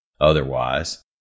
Otherwise